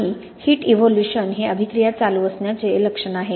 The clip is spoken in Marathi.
आणि हिट इव्होल्यूशन हे अभिक्रिया चालू असण्याचे लक्षण आहे